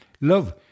love